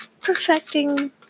perfecting